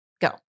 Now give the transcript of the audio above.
Go